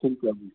ਠੀਕ ਹੈ ਜੀ